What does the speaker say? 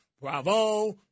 bravo